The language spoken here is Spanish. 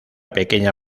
pequeña